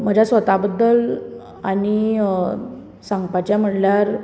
म्हज्या स्वता बद्दल आनी सांगपाचें म्हणल्यार